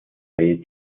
bay